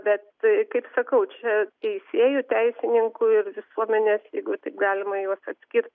bet kaip sakau čia teisėjų teisininkų ir visuomenės jeigu taip galima juos atskirt